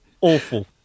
awful